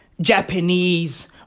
Japanese